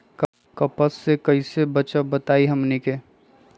कपस से कईसे बचब बताई हमनी के?